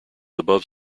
above